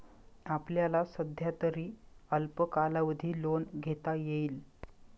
आपल्याला सध्यातरी अल्प कालावधी लोन घेता येईल